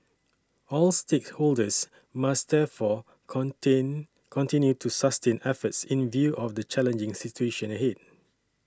all stakeholders must therefore contain continue to sustain efforts in view of the challenging situation ahead